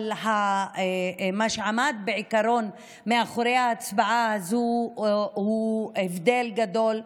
אבל מה שעמד בעיקרון מאחורי ההצבעה הזו הוא הבדל גדול.